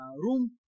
Room